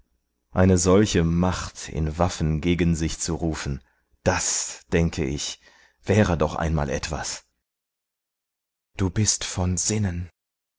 eine solche macht in waffen gegen sich zu rufen das denke ich wäre doch einmal etwas du bist von sinnen